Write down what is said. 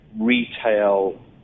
retail